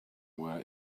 were